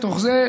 מתוך זה,